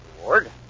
Reward